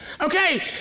okay